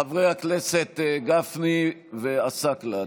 חברי הכנסת גפני ועסאקלה,